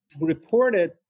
reported